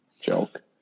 Joke